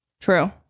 True